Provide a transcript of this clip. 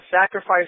sacrifice